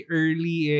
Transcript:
early